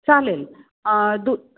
चालेल दु